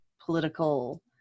political